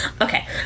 Okay